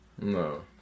No